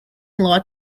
lot